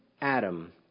Adam